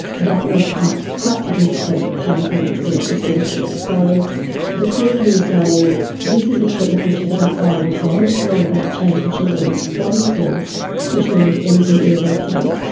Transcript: that means quite quite significant painful and expensive surgery. so the court here is saying this is a treatment which is about buying time, it's not about changing children's bodies or pushing them into anything irreversible.